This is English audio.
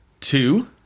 two